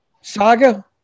saga